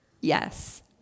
Yes